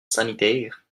sanitaire